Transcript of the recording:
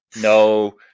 No